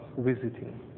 visiting